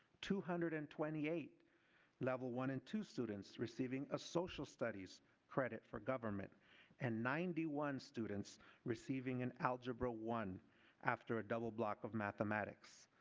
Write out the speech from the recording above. two hundred and twenty eight level one and two students receiving a social studies credit for government and ninety one students receiving an algebra one after a double block of mathematics.